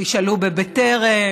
תשאלו את בטרם,